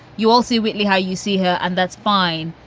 you also wheatly how you see her and that's fine.